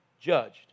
judged